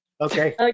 Okay